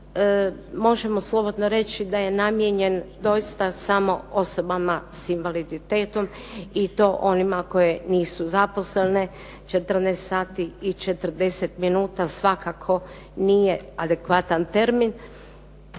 možemo slobodno reći da je namijenjen doista samo osobama s invaliditetom i to onima koje nisu zaposlene, 14:40 minuta svakako nije adekvatan termin.